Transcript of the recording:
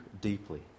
deeply